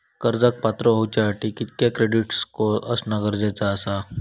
कर्जाक पात्र होवच्यासाठी कितक्या क्रेडिट स्कोअर असणा गरजेचा आसा?